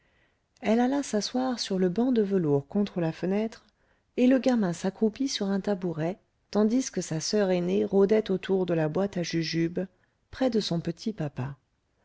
elle alla s'asseoir sur le banc de velours contre la fenêtre et le gamin s'accroupit sur un tabouret tandis que sa soeur aînée rôdait autour de la boîte à jujube près de son petit papa